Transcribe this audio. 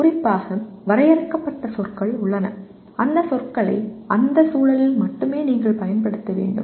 குறிப்பாக வரையறுக்கப்பட்ட சொற்கள் உள்ளன அந்தச் சொற்களை அந்தச் சூழலில் மட்டுமே நீங்கள் பயன்படுத்த வேண்டும்